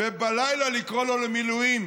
ובלילה לקרוא לו למילואים.